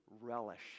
relish